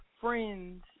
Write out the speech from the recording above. friends